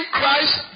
Christ